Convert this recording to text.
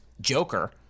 Joker